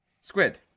Squid